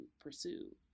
pursue